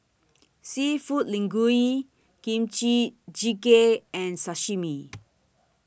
Seafood Linguine Kimchi Jjigae and Sashimi